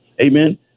Amen